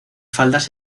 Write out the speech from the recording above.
faldas